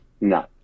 No